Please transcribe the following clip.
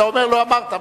אתה אומר: לא אמרת.